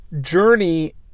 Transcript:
journey